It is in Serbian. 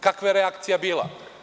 Kakva je reakcija bila?